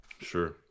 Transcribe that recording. Sure